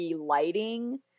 lighting